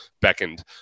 beckoned